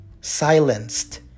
silenced